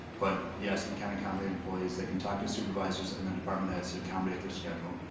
but yes, we can accommodate employees. they can talk to supervisors and the department heads to accommodate their schedule.